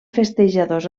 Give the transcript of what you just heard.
festejadors